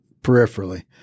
peripherally